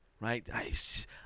right